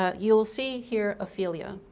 ah you'll see here ophelia.